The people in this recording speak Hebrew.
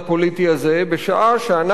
בשעה שאנחנו עדים,